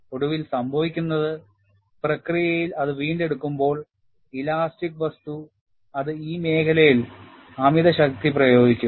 ഒടുവിൽ സംഭവിക്കുന്നതെന്താണ് പ്രക്രിയയിൽ ഇലാസ്റ്റിക് മെറ്റീരിയൽ വീണ്ടെടുക്കുമ്പോൾ അത് ഈ മേഖലയിൽ അമിത ബലം പ്രയോഗിക്കും